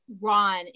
Ron